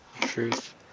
Truth